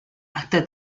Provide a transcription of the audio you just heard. hasta